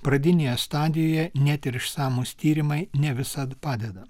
pradinėje stadijoje net ir išsamūs tyrimai ne visad padeda